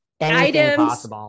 items